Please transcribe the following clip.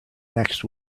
next